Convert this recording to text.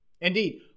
Indeed